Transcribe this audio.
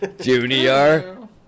Junior